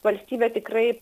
valstybė tikrai